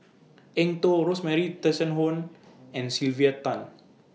Eng Tow Rosemary Tessensohn and Sylvia Tan